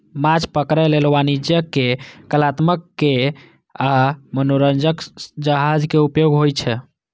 माछ पकड़ै लेल वाणिज्यिक, कलात्मक आ मनोरंजक जहाज के उपयोग होइ छै